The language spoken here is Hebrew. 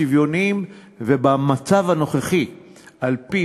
וגם אני התקוממתי על כך.